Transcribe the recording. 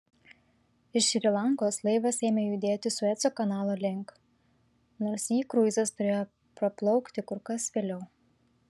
iš šri lankos laivas ėmė judėti sueco kanalo link nors jį kruizas turėjo praplaukti kur kas vėliau